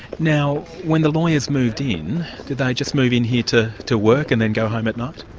now when the lawyers moved in did they just move in here to to work and then go home at night?